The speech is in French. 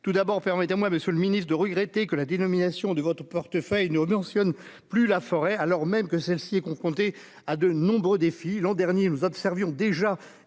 tout d'abord permettez-moi, Monsieur le Ministre, de regretter que la dénomination de votre portefeuille nos mentionne plus la forêt alors même que celle-ci est confrontée à de nombreux défis l'an dernier nous observions déjà